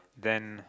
then